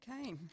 Okay